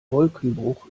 wolkenbruch